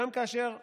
גם כאשר אנשיה,